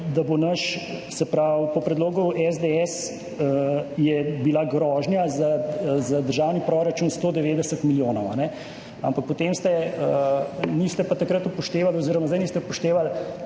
da bo naš, se pravi po predlogu SDS je bila grožnja za državni proračun 190 milijonov. Ampak niste pa takrat oziroma zdaj niste upoštevali,